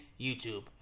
YouTube